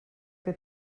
que